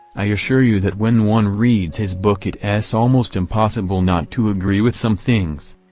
i assure you that when one reads his book it s almost impossible not to agree with some things.